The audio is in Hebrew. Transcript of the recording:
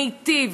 מיטיב,